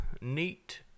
neat